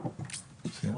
תודה,